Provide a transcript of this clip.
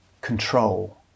Control